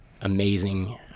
Amazing